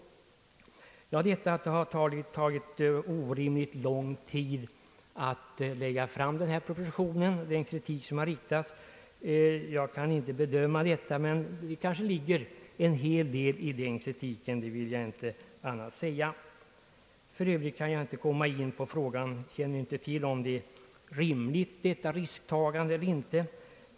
Kritiken att det har tagit orimligt lång tid att lägga fram denna proposition Ang. utvidgning av Kråks skjutfält kan jag inte bedöma, men det kanske ligger en hel del i den. För Övrigt kan jag inte avgöra om detta risktagande är rimligt eller inte.